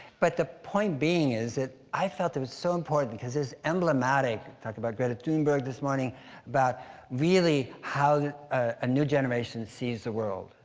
but the point being is that, i felt it was so important cause it's emblematic talked about greta thunberg this morning about really how a new generation sees the world.